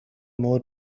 more